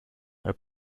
are